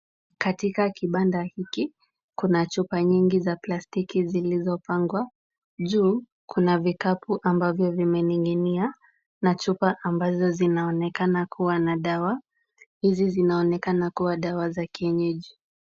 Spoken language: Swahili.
Katika kibanda hiki, kuna chupa nyingi za plastiki zilizopangwa. Juu kuna vikapu ambavyo vimening'inia na chupa ambazo zinaonekana kuwa na dawa. Hizi zinaonekana kuwa dawa za kienyeji.